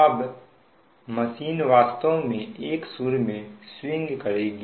अब मशीन वास्तव में एक सुर में स्विंग करेगी